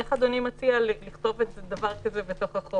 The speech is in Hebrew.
איך אדוני מציע לכתוב דבר כזה בתוך החוק?